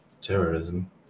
terrorism